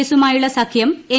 എസുമായുള്ള സഖ്യം എൻ